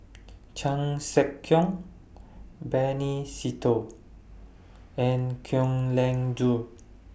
Chan Sek Keong Benny Se Teo and Kwek Leng Joo